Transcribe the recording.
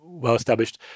well-established